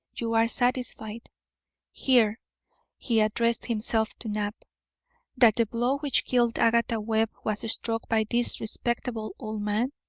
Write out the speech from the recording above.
you are satisfied here he addressed himself to knapp that the blow which killed agatha webb was struck by this respectable old man?